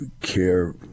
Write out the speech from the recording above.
care